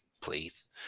please